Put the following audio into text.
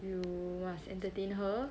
you must entertain her